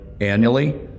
annually